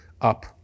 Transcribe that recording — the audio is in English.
up